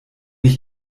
ich